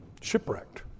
shipwrecked